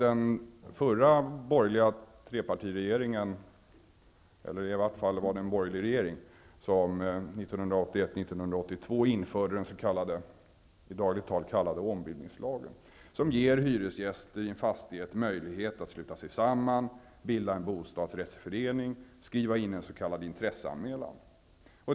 En tidigare borgerlig regering införde 1981/82 vad som ibland kallas ombildningslagen, som ger hyresgäster i en fastighet möjlighet att sluta sig samman, bilda en bostadsrättsförening och skriva en s.k. intresseanmälan.